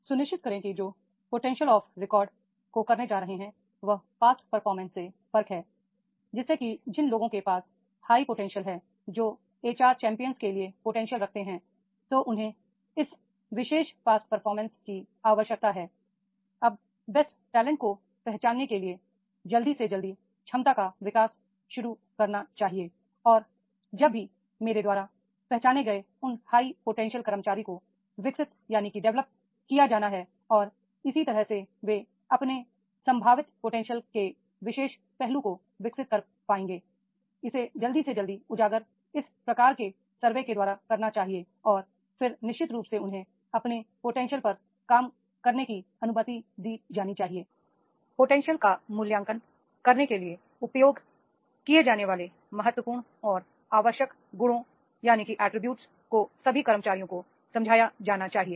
सुनिश्चित करें कि जो पोटेंशियल को रिवॉर्ड को करने जा रहे हैं वह पास्ट परफॉर्मेंस से फर्क हैi जिससे कि जिन लोगों के पास हाइ पोटेंशन है जो एचआर चैंपियन के लिए पोटेंशियल रखते हैं तो उन्हें इस विशेष पास्ट परफॉर्मेंस की आवश्यकता हैi अब बेस्ट टैलेंट को पहचानने के लिए जल्दी से जल्दी क्षमता का विकास शुरू करना चाहिए और जब भी मेरे द्वारा पहचाने गए उन हाई पोटेंशियल कर्मचारी को डेवलप किया जाना है और इसी तरह से वे अपने संभावित पोटेंशियल के विशेष पहलू को विकसित कर पाएंगेI इसे जल्दी से जल्दी उजागर इस प्रकार के सर्वे के द्वारा करना चाहिए और फिर निश्चित रूप से उन्हें अपने पोटेंशियल पर काम करने की अनुमति दी जानी चाहिएi पोटेंशियल का मूल्यांकन करने के लिए उपयोग किए जाने वाले महत्वपूर्ण और आवश्यक गुणों एट्रिब्यूट को सभी कर्मचारियों को समझाया जाना चाहिए